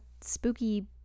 spooky